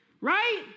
right